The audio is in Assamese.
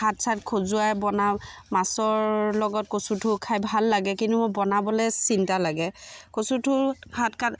হাত চাত খজুৱাই বনাওঁ মাছৰ লগত কচুথোৰ খাই ভাল লাগে কিন্তু মই বনাবলৈ চিন্তা লাগে কচুথোৰ হাত কাট